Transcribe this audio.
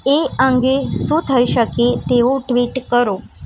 એ અંગે શું થઇ શકે તેવું ટ્વિટ કરો